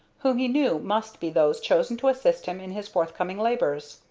whom he knew must be those chosen to assist him in his forthcoming labors